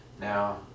Now